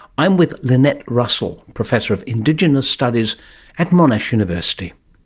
i'm with lynette russell, professor of indigenous studies at monash university.